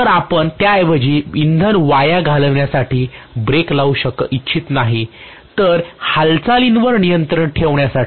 तर आपण त्याऐवजी इंधन वाया घालवण्यासाठी ब्रेक लावू इच्छित नाही तर हालचालींवर नियंत्रण ठेवण्या साठी